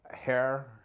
hair